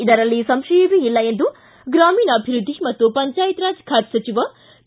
ಇದರಲ್ಲಿ ಸಂಶಯವೇ ಇಲ್ಲ ಎಂದು ಗ್ರಾಮೀಣಾಭಿವೃದ್ಧಿ ಮತ್ತು ಪಂಚಾಯತ್ ರಾಜ್ ಖಾತೆ ಸಚಿವ ಕೆ